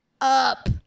up